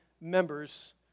members